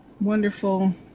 wonderful